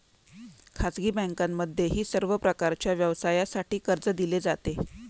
खाजगी बँकांमध्येही सर्व प्रकारच्या व्यवसायासाठी कर्ज दिले जाते